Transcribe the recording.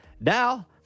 Now